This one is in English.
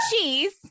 cheese